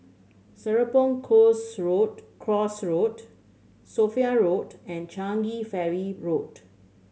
Serapong Course Road Course Road Sophia Road and Changi Ferry Road